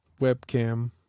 Webcam